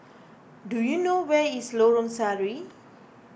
do you know where is Lorong Sari